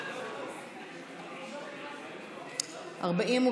בועז טופורובסקי לסעיף 1 לא נתקבלה.